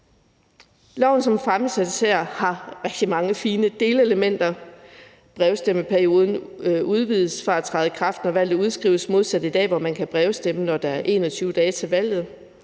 som fremsættes her, har rigtig mange fine delelementer. Brevstemmeperioden udvides fra at træde i kraft, når valget udskrives, modsat i dag, hvor man kan brevstemme, når der er 21 dage til valget.